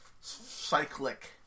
Cyclic